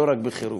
לא רק בחירום.